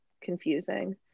confusing